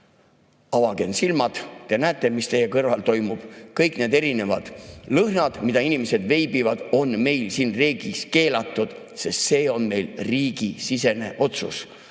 avagem silmad! Te näete, mis teie kõrval toimub – kõik need erinevad lõhnad, mida inimesed veibivad, on meil siin riigis keelatud, sest see on riigisisene otsus.